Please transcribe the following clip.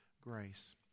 grace